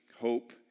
hope